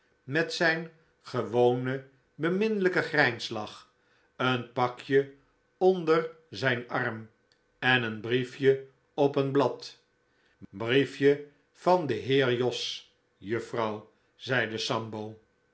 met zijn gewonen beminnelijken grijnslach een pakje onder zijn arm en een briefje op een blad briefje van den heer jos juffrouw zegt sambo